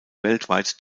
weltweit